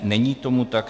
Není tomu tak.